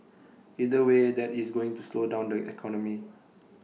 either way that is going to slow down the economy